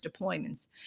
deployments